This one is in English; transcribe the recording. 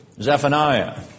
Zephaniah